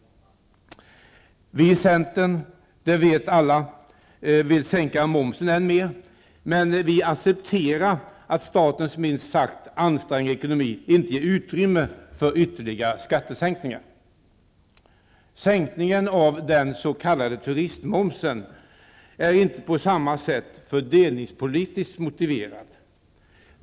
Vi i centern -- det vet alla -- vill sänka momsen än mer, men vi accepterar att statens minst sagt ansträngda ekonomi inte ger utrymme för ytterligare skattesänkningar. Sänkningen av den s.k. turistmomsen är inte på samma sätt fördelningspolitiskt motiverad.